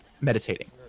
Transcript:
meditating